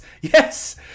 Yes